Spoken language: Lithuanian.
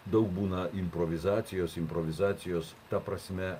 daug būna improvizacijos improvizacijos ta prasme